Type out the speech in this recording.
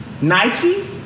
Nike